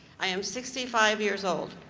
i am sixty five years old.